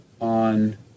on